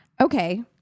Okay